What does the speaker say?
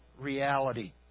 reality